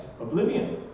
oblivion